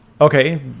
okay